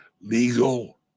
legal